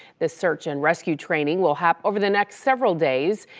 the search and rescue training will happen over the next several days.